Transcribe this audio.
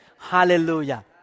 Hallelujah